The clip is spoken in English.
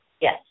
Yes